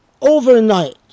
Overnight